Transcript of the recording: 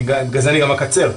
בגלל זה גם אקצר,